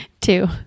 Two